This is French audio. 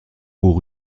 aux